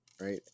right